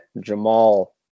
Jamal